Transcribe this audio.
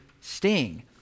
sting